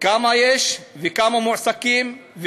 כמה יש וכמה מועסקים,